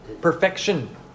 perfection